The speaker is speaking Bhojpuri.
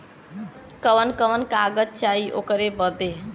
कवन कवन कागज चाही ओकर बदे?